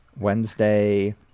Wednesday